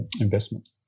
investment